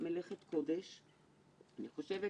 חברת הכנסת איילת נחמיאס ורבין,